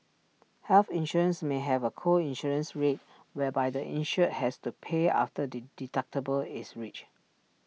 health insurance may have A co insurance rate whereby the insured has to pay after the deductible is reached